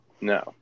No